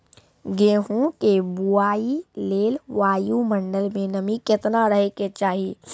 गेहूँ के बुआई लेल वायु मंडल मे नमी केतना रहे के चाहि?